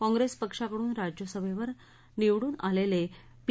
काँप्रेस पक्षाकडून राज्यसभेवर निवडणून आलेले पी